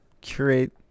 Curate